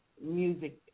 music